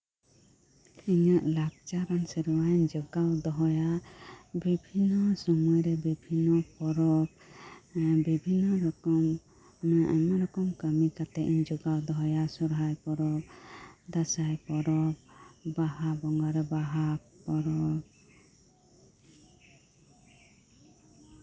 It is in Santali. ᱤᱧᱟᱹᱜ ᱞᱟᱠᱪᱟᱨ ᱥᱮᱨᱣᱟᱧ ᱡᱚᱛᱚᱱ ᱫᱚᱦᱚᱭᱟ ᱵᱤᱵᱷᱤᱱᱱᱚ ᱥᱚᱢᱚᱭ ᱨᱴᱮ ᱵᱤᱵᱷᱤᱱᱱᱚ ᱯᱚᱨᱚᱵᱽ ᱵᱤᱵᱷᱤᱱᱱᱚ ᱨᱚᱠᱚᱢ ᱟᱭᱢᱟ ᱨᱚᱠᱚᱢ ᱠᱟᱹᱢᱤ ᱠᱟᱛᱮᱜ ᱤᱧ ᱡᱚᱜᱟᱣ ᱫᱚᱦᱚᱭᱟ ᱥᱚᱦᱨᱟᱭ ᱯᱚᱨᱚᱵᱽ ᱫᱟᱸᱥᱟᱭ ᱯᱚᱨᱚᱵᱽ ᱵᱟᱦᱟ ᱵᱚᱸᱜᱟᱨᱮ ᱵᱟᱦᱟ ᱯᱚᱨᱚᱵᱽ